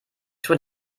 schon